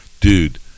Dude